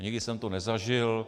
Nikdy jsem to nezažil.